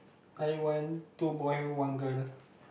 I want two boy one girl